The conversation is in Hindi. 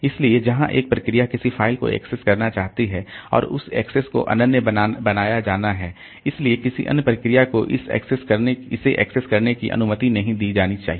इसलिए जहां एक प्रक्रिया किसी फ़ाइल को एक्सेस करना चाहती है और उस एक्सेस को अनन्य बनाया जाना है इसलिए किसी अन्य प्रक्रिया को इसे एक्सेस करने की अनुमति नहीं दी जानी चाहिए